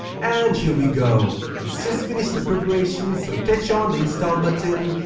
and here we go, it's just finished the preparation, so touch on the install button.